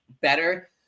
better